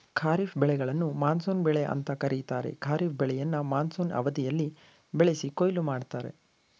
ಖಾರಿಫ್ ಬೆಳೆಗಳನ್ನು ಮಾನ್ಸೂನ್ ಬೆಳೆ ಅಂತ ಕರೀತಾರೆ ಖಾರಿಫ್ ಬೆಳೆಯನ್ನ ಮಾನ್ಸೂನ್ ಅವಧಿಯಲ್ಲಿ ಬೆಳೆಸಿ ಕೊಯ್ಲು ಮಾಡ್ತರೆ